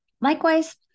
Likewise